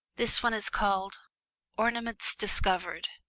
this one is called ornaments discovered.